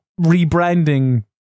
rebranding